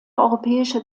europäische